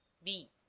b.